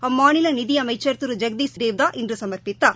அம்மாநில நிதி அமைச்சர் திரு ஜெகதீஷ் தேவ்தா இன்று சமர்ப்பித்தார்